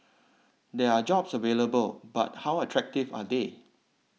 there are jobs available but how attractive are they